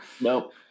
Nope